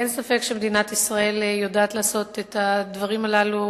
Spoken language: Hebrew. אין ספק שמדינת ישראל יודעת לעשות את הדברים הללו,